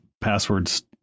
passwords